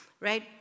right